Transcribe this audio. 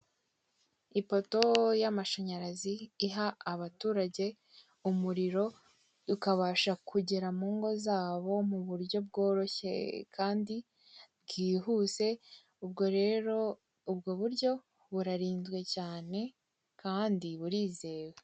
Ipoto y'amashanyarazi iha abaturage umuriro, ukabasha kugera mu ngo zabo mu buryo bworoshye kandi bwihuse, ubwo rero ubwo buryo burarinzwe cyane kandi burizewe.